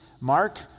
Mark